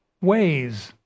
ways